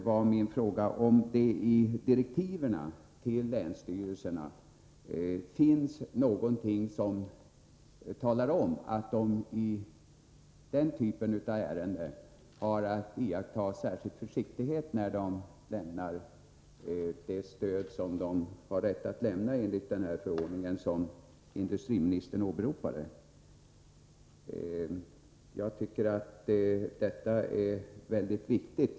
Jag vill fråga om det i direktiven till länsstyrelserna finns någonting som talar om för dem att de i denna typ av ärenden har att iaktta särskild försiktighet, när de lämnar det stöd som länsstyrelserna har rätt att lämna enligt den förordning som industriministern åberopade. Jag tycker att detta är mycket viktigt.